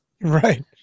Right